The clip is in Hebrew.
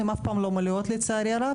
הן אף פעם לא מלאות לצערי הרב,